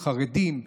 חרדים,